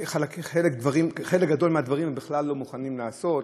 חלק גדול מהדברים הם בכלל לא מוכנים לעשות,